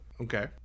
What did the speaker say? okay